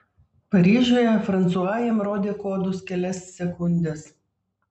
paryžiuje fransua jam rodė kodus kelias sekundes